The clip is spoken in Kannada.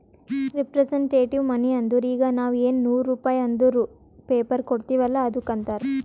ರಿಪ್ರಸಂಟೆಟಿವ್ ಮನಿ ಅಂದುರ್ ಈಗ ನಾವ್ ಎನ್ ನೂರ್ ರುಪೇ ಅಂದುರ್ ಪೇಪರ್ ಕೊಡ್ತಿವ್ ಅಲ್ಲ ಅದ್ದುಕ್ ಅಂತಾರ್